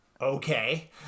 okay